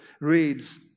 reads